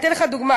אני אתן לך דוגמה,